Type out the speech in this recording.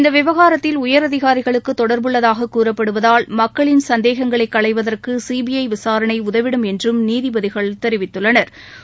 இந்த விவகாரத்தில் உயரதிகாரிகளுக்கு தொடர்புள்ளதாக கூறப்படுவதால் மக்களின் சந்தேகங்களை களைவதற்கு சிபிஐ விசாரணை உதவிடும் என்றும் நீதிபதிகள் தெரிவித்துள்ளனா்